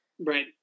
right